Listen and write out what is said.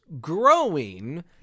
growing